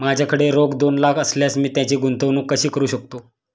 माझ्याकडे रोख दोन लाख असल्यास मी त्याची गुंतवणूक कशी करू शकतो?